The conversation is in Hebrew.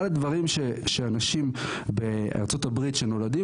אחד הדברים שאנשים בארה"ב שנולדים,